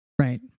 right